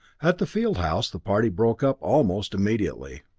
at the field house the party broke up almost immediately.